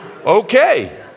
Okay